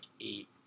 eight